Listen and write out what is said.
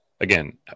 Again